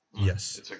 Yes